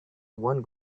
one